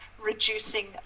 reducing